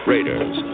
Raiders